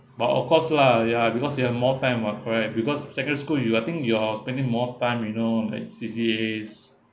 but of course lah ya because you have more time [what] correct because secondary school you I think you're spending more time you know like C_C_As